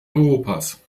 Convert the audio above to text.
europas